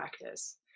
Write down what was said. practice